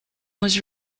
was